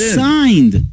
signed